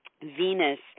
venus